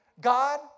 God